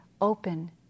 open